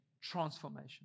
transformation